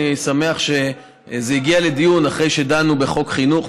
אני שמח שזה הגיע לדיון אחרי שדנו בחוק חינוך,